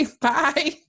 Bye